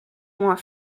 more